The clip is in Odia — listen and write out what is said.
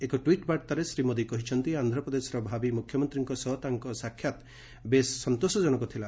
ଏକ ଟ୍ୱିଟ୍ ବାର୍ଭାରେ ଶ୍ରୀ ମୋଦି କହିଛନ୍ତି ଆନ୍ଧ୍ରପ୍ରଦେଶର ଭାବି ମୁଖ୍ୟମନ୍ତ୍ରୀଙ୍କ ସହ ତାଙ୍କ ସାକ୍ଷାତ୍ ବେଶ୍ ସନ୍ତୋଷଜନକ ଥିଲା